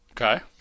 Okay